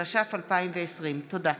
התש"ף 2020. תודה.